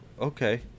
Okay